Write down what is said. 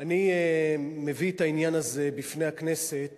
אני מביא את העניין הזה בפני הכנסת